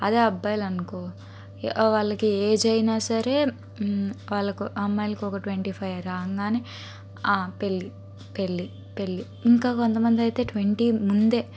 అదే అబ్బాయిలనుకో వాళ్ళకి ఏజ్ అయినా సరే వాళ్లకు అమ్మాయిలకు ఒక ట్వంటీ ఫైవ్ రాగానే పెళ్లి పెళ్లి పెళ్లి ఇంకా కొంతమందైతే ట్వంటీ ముందే